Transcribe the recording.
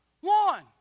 One